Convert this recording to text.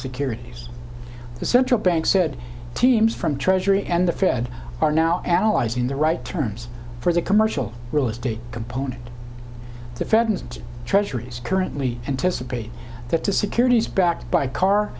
securities the central bank said teams from treasury and the fed are now analyzing the right terms for the commercial real estate component the fed and treasuries currently anticipate that the securities backed by car